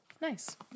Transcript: Nice